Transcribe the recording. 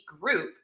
group